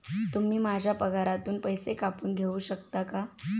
तुम्ही माझ्या पगारातून पैसे कापून घेऊ शकता का?